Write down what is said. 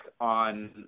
on